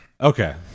Okay